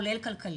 כולל כלכלית.